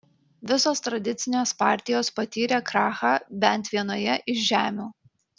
visos tradicinės partijos patyrė krachą bent vienoje iš žemių